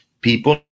People